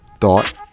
thought